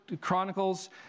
Chronicles